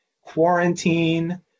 quarantine